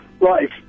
life